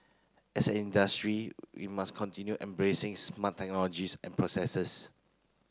as an industry we must continue embracing smart technologies and processes